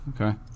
Okay